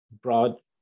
broad